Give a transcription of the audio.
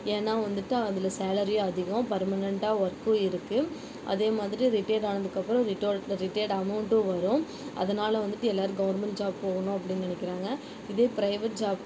ஏன்னா வந்துவிட்டு அதில் சாலரியும் அதிகம் பர்மனென்ட்டா ஒர்க்கும் இருக்கும் அதே மாதிரி ரிட்டயர்ட் ஆனதுக்கப்றம் ரிட்டயர் அமௌன்ட்டும் வரும் அதனால் வந்துவிட்டு எல்லோரும் கவர்மெண்ட் ஜாப் போகணும் அப்டின்னு நெனைக்கிறாங்க இதே பிரைவேட் ஜாப்